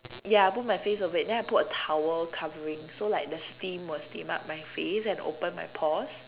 ya I put my face over it then I put a towel covering so like the steam will steam up my face and open my pores